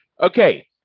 Okay